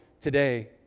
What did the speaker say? today